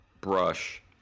brush